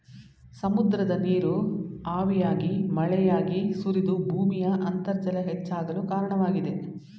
ಸಮುದ್ರದ ನೀರು ಹಾವಿಯಾಗಿ ಮಳೆಯಾಗಿ ಸುರಿದು ಭೂಮಿಯ ಅಂತರ್ಜಲ ಹೆಚ್ಚಾಗಲು ಕಾರಣವಾಗಿದೆ